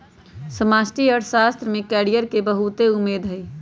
समष्टि अर्थशास्त्र में कैरियर के बहुते उम्मेद हइ